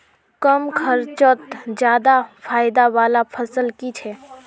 कम खर्चोत ज्यादा फायदा वाला फसल की छे?